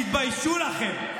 תתביישו לכם.